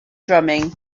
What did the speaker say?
drumming